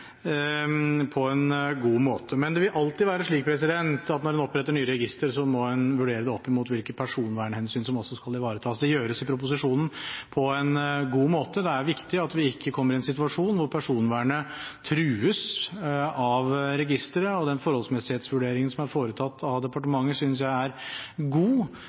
på en god måte. Det vil alltid være slik at når en oppretter nye registre, må en vurdere det opp imot hvilke personvernhensyn som også skal ivaretas. Det gjøres i proposisjonen på en god måte. Det er viktig at vi ikke kommer i en situasjon hvor personvernet trues av unødvendige registre. Den forholdsmessighetsvurderingen som er foretatt av departementet, synes jeg er god,